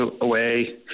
away